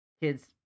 kids